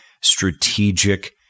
strategic